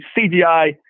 CGI